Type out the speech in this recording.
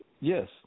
Yes